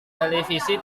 televisi